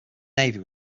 navy